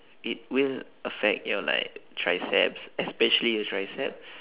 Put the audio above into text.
it will affect your like triceps especially your triceps